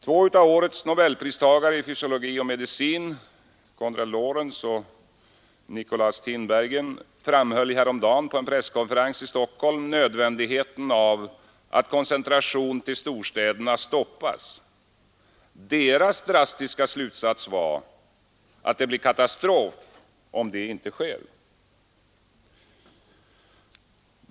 Två av årets nobelpristagare i fysiologi och medicin, Konrad Lorenz och Nikolaas Tinbergen, framhöll häromdagen på en presskonferens i Stockholm nödvändigheten av att koncentrationen till storstäderna stoppas. Deras drastiska slutsats var att det blir katastrof om så inte sker.